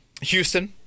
Houston